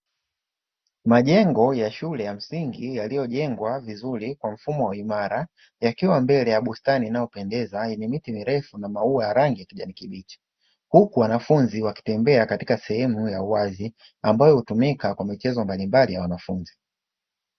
Majengo ya shule ya msingi yaliyojengwa vizuri mwa mfumo imara, yakiwa mbele ya bustani inayopendeza yenye miti mirefu na maua ya rangi ya kijani kibichi. Huku wanafunzi wakitembea katika sehemu ya uwazi ambayo hutumika kwa michezo mbalimbali ya wanafunzi.